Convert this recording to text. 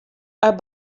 are